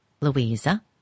Louisa